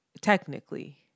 technically